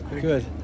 Good